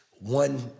one